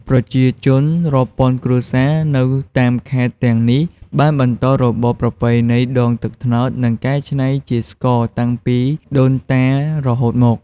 ប្រជាជនរាប់ពាន់គ្រួសារនៅតាមខេត្តទាំងនេះបានបន្តរបរប្រពៃណីដងទឹកត្នោត និងកែច្នៃជាស្ករតាំងពីដូនតារហូតមក។